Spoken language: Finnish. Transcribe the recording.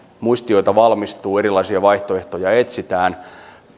muistioita valmistuu erilaisia vaihtoehtoja etsitään